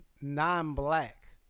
non-black